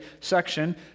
section